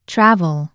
Travel